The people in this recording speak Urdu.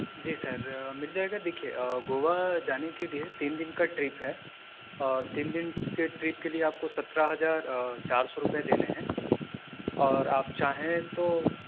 جی سر مِل جائے گا دیکھیے گوا جانے کے لیے تین دِن کا ٹرپ ہے اور تین دِن کے ٹرپ کے لیے آپ کو سترہ ہزار چار سو روپے دینے ہیں اور آپ چاہیں تو